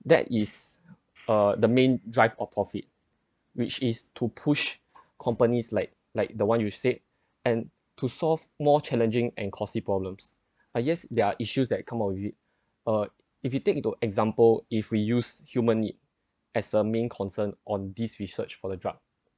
that is uh the main drive or profit which is to push companies like like the one you said and to solve more challenging and causing problems ah yes there are issues that come up with it uh if you take two example if we use human need as a main concern on these research for the drug